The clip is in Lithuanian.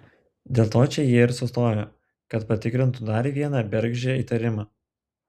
dėl to čia jie ir sustojo kad patikrintų dar vieną bergždžią įtarimą